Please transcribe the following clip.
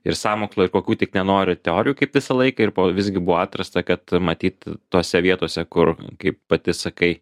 ir sąmokslo ir kokių tik nenori teorijų kaip visą laiką ir po visgi buvo atrasta kad matyt tose vietose kur kaip pati sakai